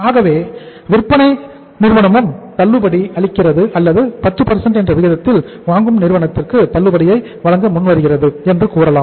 ஆகவே விற்பனை நிறுவனமும் தள்ளுபடி அளிக்கிறது அல்லது 10 என்ற விகிதத்தில் வாங்கும் நிறுவனத்திற்கு தள்ளுபடியை வழங்க முன் வருகிறது என்று நாம் கூறலாம்